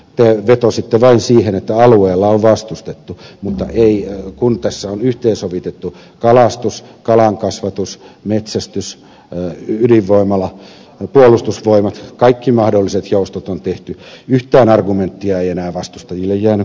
te vetositte vain siihen että alueella on vastustettu mutta kun tässä on yhteensovitettu kalastus kalankasvatus metsästys ydinvoimala ja puolustusvoimat kaikki mahdolliset joustot on tehty niin yhtään argumenttia ei enää vastustajille jäänyt kouraan tässä